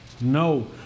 No